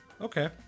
okay